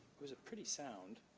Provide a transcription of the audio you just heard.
was a pretty sound.